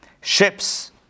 Ships